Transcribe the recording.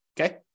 Okay